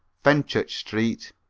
fenchurch st,